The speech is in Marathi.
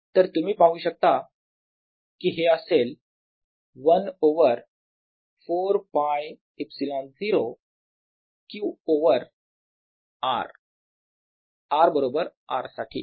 तर तुम्ही पाहू शकता की हे असेल 1 over 4 π ε0 Q over R r R साठी